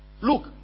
Look